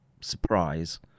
surprise